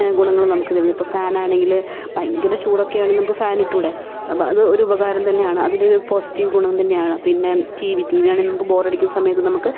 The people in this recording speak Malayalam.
ഗുണങ്ങൾ നമുക്ക് തരുന്നുണ്ട് ഇപ്പോൾ ഫാൻ ആണെങ്കിൽ ഭയങ്കര ചൂടൊക്കെയാണ് നമുക്ക് ഫാനിട്ടൂടെ അപ്പോൾ അത് ഒരു ഉപകാരം തന്നെയാണ് അതിൻറ്റെയൊരു പോസിറ്റീവ് ഗുണം തന്നെയാണ് പിന്നെ ടി വി ടി വി ആണേൽ നമുക്ക് ബോർ അടിക്കുന്ന സമയത്ത് നമുക്ക്